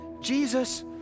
Jesus